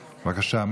בבקשה.